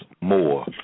more